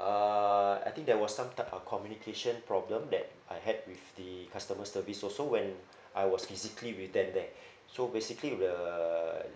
uh I think there was some type of communication problem that I had with the customer service also when I was physically with them there so basically the